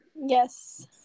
Yes